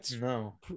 No